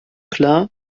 klar